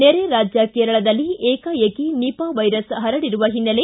ನೆರೆ ರಾಜ್ಯ ಕೇರಳದಲ್ಲಿ ಏಕಾಏಕಿ ನಿಪಾ ವೈರಸ್ ಹರಡಿರುವ ಹಿನ್ನೆಲೆ